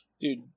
Dude